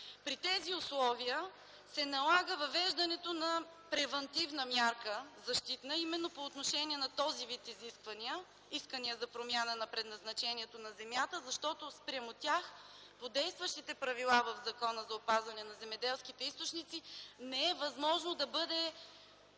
При тези условия се налага въвеждането на превантивна защитна мярка, именно по отношение на този вид изисквания – искания за промяна на предназначението на земята, защото спрямо тях, по действащите правила в Закона за опазване на земеделските източници, не е възможно да бъде